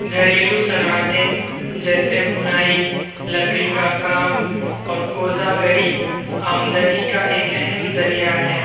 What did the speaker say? گھریلو صنعتیں جیسے بنائی لکڑی کا کام اور کوزہ گری آمدنی کا ایک اہم ذریعہ ہے